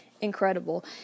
incredible